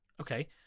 okay